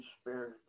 Spirit